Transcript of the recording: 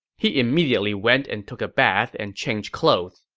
he immediately went and took a bath and changed clothes.